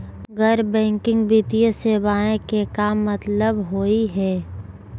गैर बैंकिंग वित्तीय सेवाएं के का मतलब होई हे?